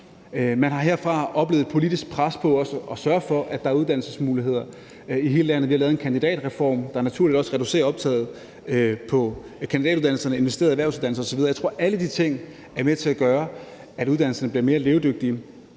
Man har herfra oplevet et politisk pres for at sørge for, at der skal være uddannelsesmuligheder i hele landet, vi har lavet en kandidatreform, der naturligvis også reducerer optaget på kandidatuddannelserne, og vi har investeret i erhvervsuddannelserne osv. Jeg tror, at alle de ting er med til at gøre, at uddannelserne bliver mere levedygtige.